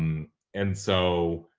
um and so,